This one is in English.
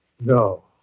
No